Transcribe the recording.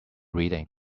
reading